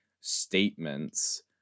statements